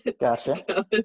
Gotcha